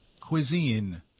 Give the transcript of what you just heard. Cuisine